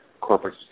corporate